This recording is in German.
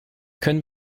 können